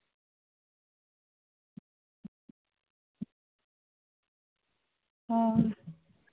ᱦᱚᱸ